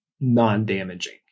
non-damaging